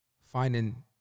finding